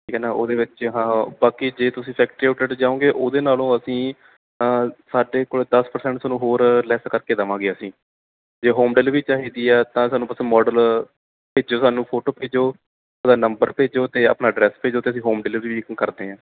ਠੀਕ ਹੈ ਨਾ ਉਹਦੇ ਵਿੱਚ ਹਾਂ ਬਾਕੀ ਜੇ ਤੁਸੀਂ ਸੈਕਟਰੀ ਆਊਟਲੈਟ ਜਾਓਗੇ ਉਹਦੇ ਨਾਲੋਂ ਅਸੀਂ ਸਾਡੇ ਕੋਲ ਦਸ ਪ੍ਰਸੈਂਟ ਤੁਹਾਨੂੰ ਹੋਰ ਲੈਸ ਕਰਕੇ ਦੇਵਾਂਗੇ ਅਸੀਂ ਜੇ ਹੋਮ ਡਿਲੀਵਰੀ ਚਾਹੀਦੀ ਆ ਤਾਂ ਸਾਨੂੰ ਬੱਸ ਮਾਡਲ ਭੇਜੋ ਸਾਨੂੰ ਫੋਟੋ ਭੇਜੋ ਉਹਦਾ ਨੰਬਰ ਭੇਜੋ ਅਤੇ ਆਪਣਾ ਐਡਰੈਸ ਭੇਜੋ 'ਤੇ ਅਸੀਂ ਹੋਮ ਡਿਲੀਵਰੀ ਕਰਦੇ ਹਾਂ